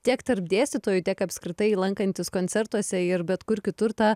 tiek tarp dėstytojų tiek apskritai lankantis koncertuose ir bet kur kitur ta